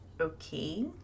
Okay